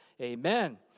Amen